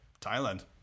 Thailand